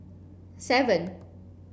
seven